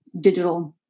digital